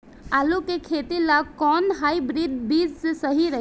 आलू के खेती ला कोवन हाइब्रिड बीज सही रही?